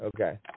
Okay